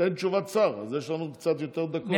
אין תשובת שר, אז יש לנו קצת יותר דקות.